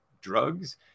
drugs